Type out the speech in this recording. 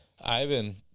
Ivan